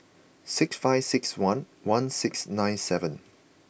six five six one one six nine seven